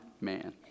man